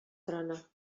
trona